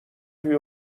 توی